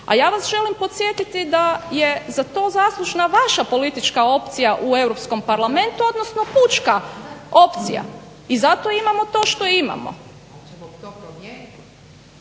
A ja vas želim podsjetiti da je za to zaslužna vaša politička opcija u Europskom parlamentu, odnosno pučka opcija i zato imamo to što imamo.